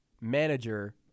manager